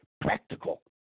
practical